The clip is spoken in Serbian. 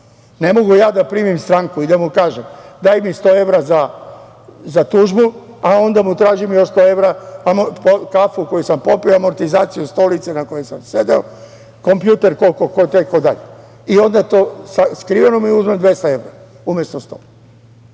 ne mogu ja da primim stranku i da mu kažem – daj mi 100 evra za tužbu, a onda mu tražim još 100 evra, kafu koju sam popio, amortizaciju stolice na kojoj sam sedeo, kompjuter koliko košta itd. Onda mi je to skriveno i uzmem 200 evra, umesto 100.